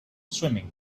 swimming